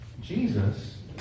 Jesus